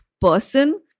person